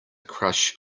crush